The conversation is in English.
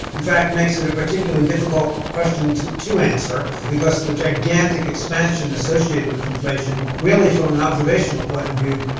in fact, makes it a particularly difficult question to to answer because the gigantic expansion associated with inflation, merely from an observational point of view,